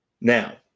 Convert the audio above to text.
Now